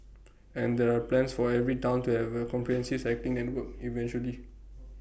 and there are plans for every Town to have A comprehensive cycling network eventually